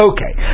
Okay